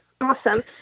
awesome